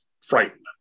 Frightened